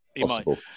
possible